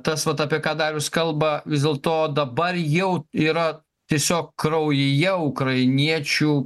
tas vat apie ką darius kalba vis dėl to dabar jau yra tiesiog kraujyje ukrainiečių